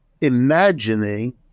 imagining